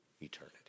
eternity